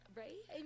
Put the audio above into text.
right